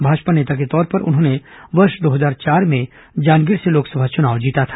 भाजपा नेता के तौर पर उन्होंने वर्ष दो हजार चार में जांजगीर से लोकसभा चुनाव जीता था